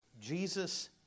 Jesus